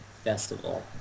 Festival